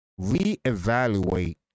reevaluate